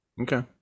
okay